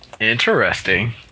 Interesting